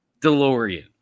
DeLorean